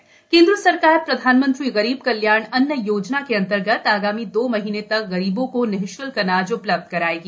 केन्द्र अन्न योजना केंद्र सरकार प्रधानमंत्री गरीब कल्याण अन्न योजना के अन्तर्गत आगामी दो महीने तक गरीबों को निशूल्क अनाज उपलब्ध कराएगी